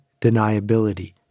deniability